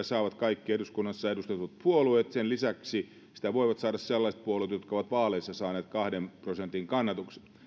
saavat kaikki eduskunnassa edustetut puolueet ja sen lisäksi sitä voivat saada sellaiset puolueet jotka ovat vaaleissa saaneet kahden prosentin kannatuksen tämä on